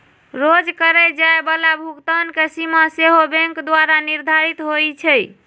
रोज करए जाय बला भुगतान के सीमा सेहो बैंके द्वारा निर्धारित होइ छइ